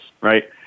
right